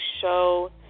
show